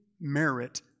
merit